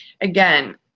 Again